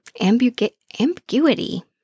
ambiguity